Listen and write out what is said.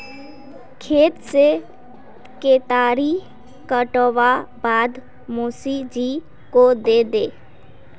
खेत से केतारी काटवार बाद मोसी जी को दे दे